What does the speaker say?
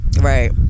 Right